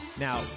Now